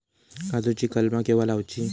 काजुची कलमा केव्हा लावची?